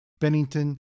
Bennington